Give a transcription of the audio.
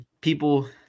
people